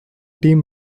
team